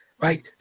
right